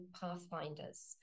pathfinders